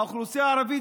האוכלוסייה הערבית,